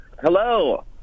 Hello